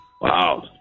Wow